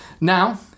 Now